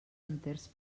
enters